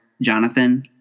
Jonathan